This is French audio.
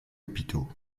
hôpitaux